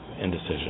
indecision